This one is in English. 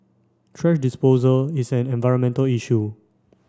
thrash disposal is an environmental issue